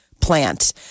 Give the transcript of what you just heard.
plant